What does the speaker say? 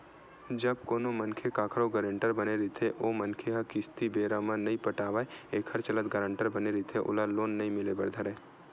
जब कोनो मनखे कखरो गारेंटर बने रहिथे ओ मनखे ह किस्ती बेरा म नइ पटावय एखर चलत गारेंटर बने रहिथे ओला लोन नइ मिले बर धरय